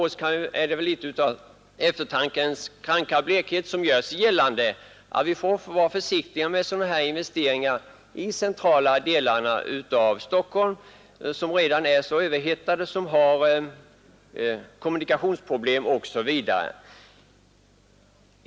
Men det är väl litet av eftertankens kranka blekhet att vi måste vara försiktiga med sådana investeringar i de centrala delarna av Stockholm, som redan nu är överhettade, som har vissa kommunikationsproblem osv.